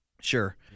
Sure